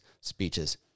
speeches